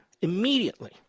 immediately